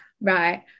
right